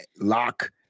lock